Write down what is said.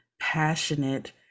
passionate